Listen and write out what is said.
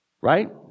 Right